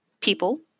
people